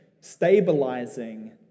stabilizing